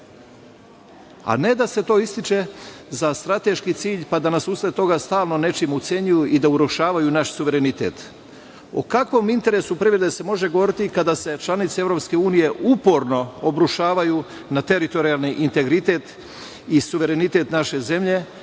a ne da se to ističe za strateški cilj, pa da nas usred toga stalno nečim ucenjuju i da urušavaju naš suverenitet?O kakvom interesu privrede može govoriti kada se članice EU uporno obrušavaju na teritorijalni integritet i suverenitet naše zemlje